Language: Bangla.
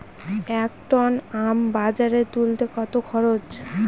এক টন আম বাজারে তুলতে কত খরচ?